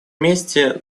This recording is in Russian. вместе